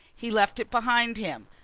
he left it behind him.